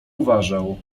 uważał